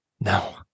No